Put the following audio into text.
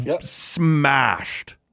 Smashed